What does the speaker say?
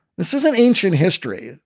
this isn't ancient history.